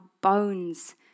bones